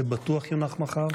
זה בטוח יונח מחר?